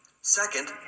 Second